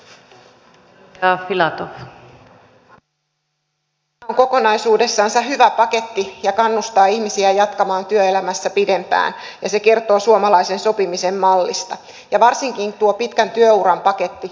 tämä on kokonaisuudessansa hyvä paketti ja kannustaa ihmisiä jatkamaan työelämässä pidempään ja se kertoo suomalaisen sopimisen mallista varsinkin tuo pitkän työuran paketti